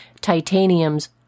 Titanium's